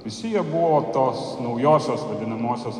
visi jie buvo tos naujosios vadinamosios